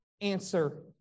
answer